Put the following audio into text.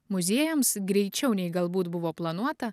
muziejams greičiau nei galbūt buvo planuota